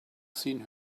seen